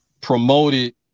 promoted